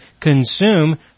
consume